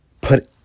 put